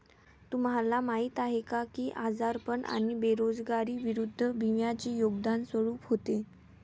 तुम्हाला माहीत आहे का की आजारपण आणि बेरोजगारी विरुद्ध विम्याचे योगदान स्वरूप होते?